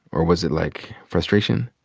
or was it, like, frustration?